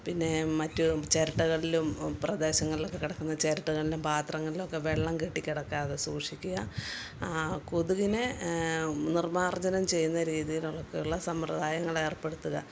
പിന്നെ മറ്റ് ചിരട്ടകൾലും പ്രദേശങ്ങളിലൊക്കെ കിടക്കുന്ന ചിരട്ടകളിലും പാത്രങ്ങളിലൊക്കെ വെള്ളം കെട്ടിക്കിടക്കാതെ സൂക്ഷിക്കുക കൊതുകിനെ നിർമാർജ്ജനം ചെയ്യുന്ന രീതിയിലുള്ളത് ഒക്കെയുള്ള സമ്പ്രദായങ്ങൾ ഏർപ്പെടുത്തുക